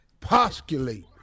postulate